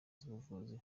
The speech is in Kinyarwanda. z’ubuvuzi